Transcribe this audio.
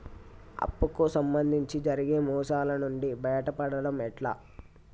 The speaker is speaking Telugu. అప్పు కు సంబంధించి జరిగే మోసాలు నుండి బయటపడడం ఎట్లా?